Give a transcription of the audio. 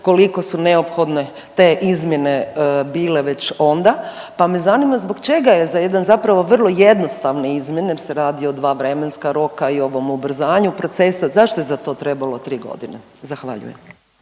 koliko su neophodne te izmjene bile već onda pa me zanima zbog čega je za jedan zapravo vrlo jednostavne izmjene jer se radi o dva vremenska roka i ovom ubrzanju procesa, zašto je za to trebalo 3 godine? Zahvaljujem.